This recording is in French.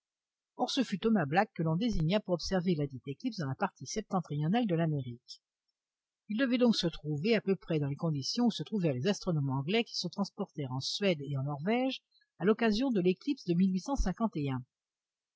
or ce fut thomas black que l'on désigna pour observer ladite éclipse dans la partie septentrionale de l'amérique il devait donc se trouver à peu près dans les conditions où se trouvèrent les astronomes anglais qui se transportèrent en suède et en norvège à l'occasion de l'éclipse de